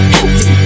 empty